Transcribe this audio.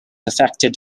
affected